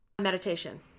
meditation